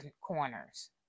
corners